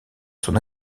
son